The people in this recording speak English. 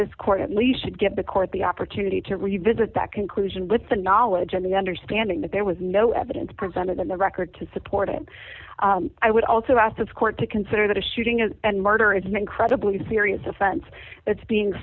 court at least should give the court the opportunity to revisit that conclusion with the knowledge and the understanding that there was no evidence presented in the record to support him i would also ask this court to consider that a shooting is and murder is an incredibly serious offense that's being